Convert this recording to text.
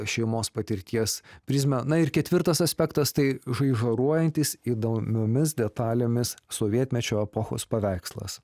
šeimos patirties prizmę na ir ketvirtas aspektas tai žaižaruojantis įdomiomis detalėmis sovietmečio epochos paveikslas